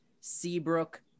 Seabrook